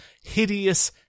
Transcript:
hideous